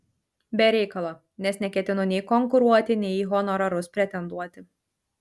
be reikalo nes neketinu nei konkuruoti nei į honorarus pretenduoti